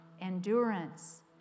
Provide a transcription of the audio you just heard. endurance